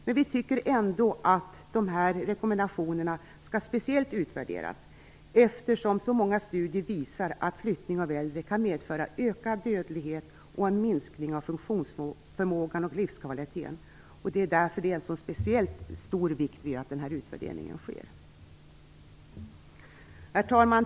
Men vi tycker ändå att det skall göras en speciell utvärdering av dessa rekommendationer, eftersom så många studier visar att flyttning av äldre kan medföra ökad dödlighet och en minskning i funktionsförmågan och livskvaliteten. Det är därför det är av så speciellt stor vikt att denna utvärdering sker. Herr talman!